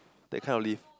that kind of leaf